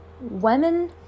women